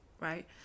Right